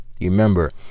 remember